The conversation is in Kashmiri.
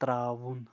ترٛاوُن